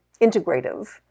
integrative